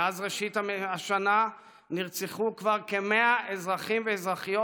מאז ראשית השנה נרצחו כבר כ-100 אזרחים ואזרחיות